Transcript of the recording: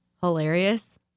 hilarious